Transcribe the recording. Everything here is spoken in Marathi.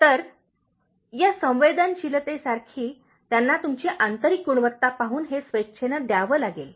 तर या संवेदनशीलतेसारखी त्यांना तुमची आंतरिक गुणवत्ता पाहून हे स्वेच्छेने द्यावे लागेल